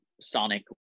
sonic